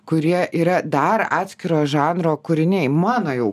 kurie yra dar atskiro žanro kūriniai mano jau